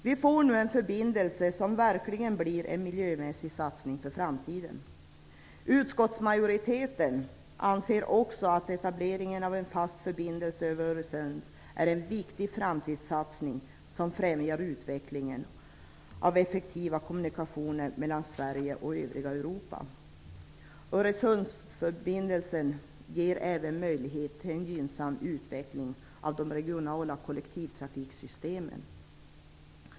Vi får nu en förbindelse som verkligen blir en miljömässig satsning för framtiden. Utskottsmajoriteten anser också att etableringen av en fast förbindelse över Öresund är en viktig framtidssatsning som främjar utvecklingen av effektiva kommunikationer mellan Sverige och övriga Europa. Öresundsförbindelsen ger även möjlighet till en gynnsam utveckling av de regionala kollektivtrafiksystemen.